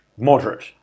Moderate